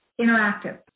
interactive